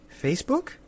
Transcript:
Facebook